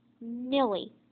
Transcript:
Millie